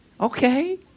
Okay